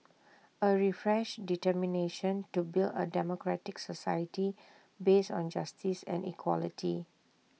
A refreshed determination to build A democratic society based on justice and equality